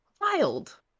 Wild